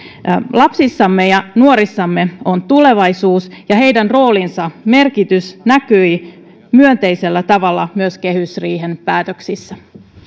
lapsissamme ja nuorissamme on tulevaisuus ja heidän roolinsa merkitys näkyi myönteisellä tavalla myös kehysriihen päätöksissä